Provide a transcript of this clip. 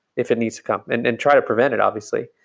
if it needs to come, and and try to prevent it obviously?